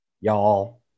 y'all